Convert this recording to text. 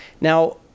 Now